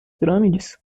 pirâmides